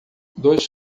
dois